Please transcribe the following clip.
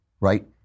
Right